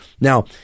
Now